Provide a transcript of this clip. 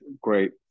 great